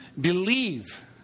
believe